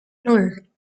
nan